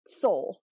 soul